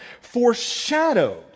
foreshadowed